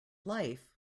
life